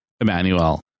Emmanuel